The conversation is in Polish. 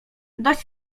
dość